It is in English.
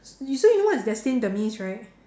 you say you know what is destined demise right